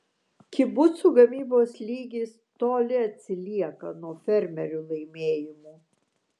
kibucų gamybos lygis toli atsilieka nuo fermerių laimėjimų